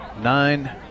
Nine